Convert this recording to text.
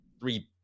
three